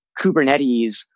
Kubernetes